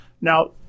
Now